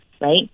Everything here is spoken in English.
right